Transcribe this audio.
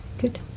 Good